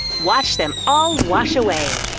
watch them all wash away!